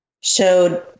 showed